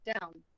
down